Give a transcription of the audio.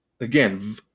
again